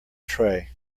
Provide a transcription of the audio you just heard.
tray